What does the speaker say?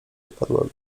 upadłego